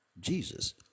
jesus